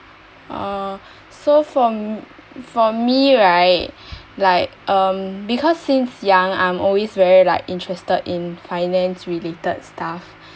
uh so for for me right like um because since young I'm always very like interested in finance related stuff